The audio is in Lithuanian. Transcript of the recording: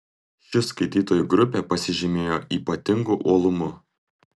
ši skaitytojų grupė pasižymėjo ypatingu uolumu